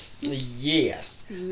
yes